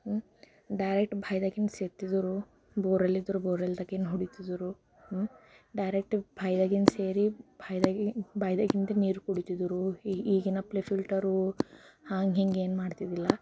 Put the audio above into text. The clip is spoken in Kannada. ಹ್ಞೂ ಡೈರೆಕ್ಟ್ ಭಾಯ್ದಾಗಿಂದ ಸೇದ್ತಿದ್ರು ಬೋರ್ವೆಲ್ ಇದ್ರ ಬೋರ್ವೆಲ್ದಾಗಿಂದು ಹೊಡೀತಿದ್ರು ಡೈರೆಕ್ಟ್ ಭಾಯ್ದಗಿಂದ ಸೇದಿ ಭಾಯ್ದಗಿಂ ಬಾಯ್ದಗಿಂದ ನೀರು ಕುಡೀತಿದ್ರು ಈಗಿನಪ್ಲೆ ಫಿಲ್ಟರು ಹಂಗೆ ಹಿಂಗೆ ಏನೂ ಮಾಡ್ತಿದ್ದಿಲ್ಲ